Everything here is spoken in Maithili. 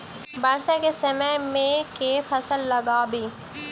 वर्षा केँ समय मे केँ फसल लगाबी?